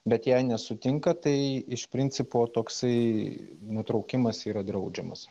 bet jei nesutinka tai iš principo toksai nutraukimas yra draudžiamas